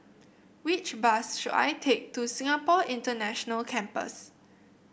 which bus should I take to Singapore International Campus